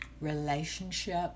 relationship